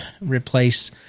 replace